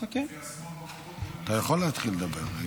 אתה יכול להתחיל לדבר.